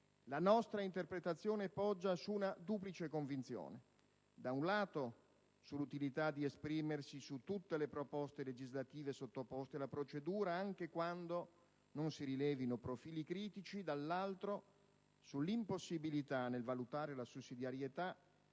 La nostra interpretazione poggia su una duplice convinzione: da un lato, sull'utilità di esprimersi su tutte le proposte legislative sottoposte alla procedura, anche quando non si rilevino profili critici; dall'altro, sull'impossibilità, nel valutare la sussidiarietà,